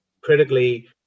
critically